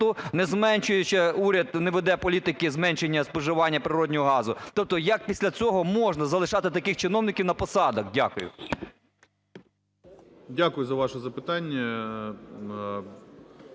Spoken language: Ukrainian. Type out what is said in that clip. не зменшуючи, уряд не веде політики зменшення споживання природного газу. Тобто як після цього можна залишати таких чиновників на посадах? Дякую. 11:02:34 ГРОЙСМАН В.Б.